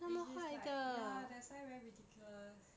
which is like ya that's why very ridiculous